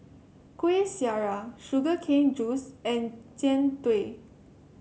Kuih Syara Sugar Cane Juice and Jian Dui